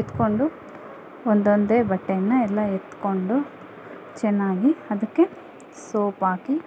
ಎತ್ಕೊಂಡು ಒಂದೊಂದೇ ಬಟ್ಟೆಯನ್ನು ಎಲ್ಲ ಎತ್ಕೊಂಡು ಚೆನ್ನಾಗಿ ಅದಕ್ಕೆ ಸೋಪಾಕಿ